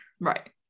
Right